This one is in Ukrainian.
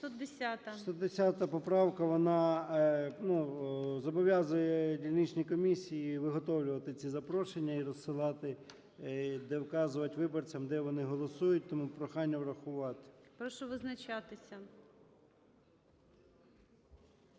610 поправка вона зобов'язує дільничні комісії виготовляти ці запрошення і розсилати, де вказувати виборцям, де вони голосують. Тому прохання врахувати. ГОЛОВУЮЧИЙ. Прошу визначатися.